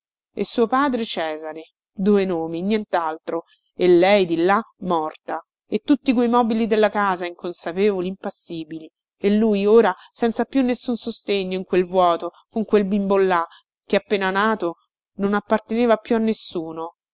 e suo padre cesare due nomi nientaltro e lei di là morta e tutti quei mobili della casa inconsapevoli impassibili e lui ora senza più nessun sostegno in quel vuoto con quel bimbo là che appena nato non apparteneva più a nessuno